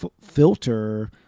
filter